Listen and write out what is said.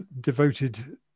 devoted